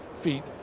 feet